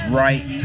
right